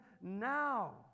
now